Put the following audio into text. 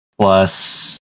plus